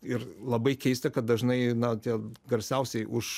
ir labai keista kad dažnai na tie garsiausiai už